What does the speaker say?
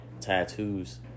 tattoos